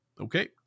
Okay